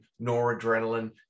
noradrenaline